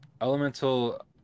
Elemental